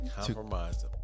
compromise